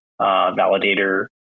validator